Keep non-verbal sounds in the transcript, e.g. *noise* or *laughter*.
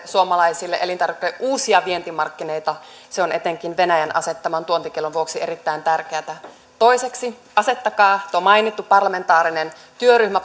suomalaisille elintarvikkeille uusia vientimarkkinoita se on etenkin venäjän asettaman tuontikiellon vuoksi erittäin tärkeätä toiseksi asettakaa tuo mainittu parlamentaarinen työryhmä *unintelligible*